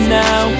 now